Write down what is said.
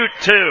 two